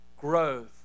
growth